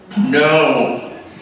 No